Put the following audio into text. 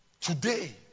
Today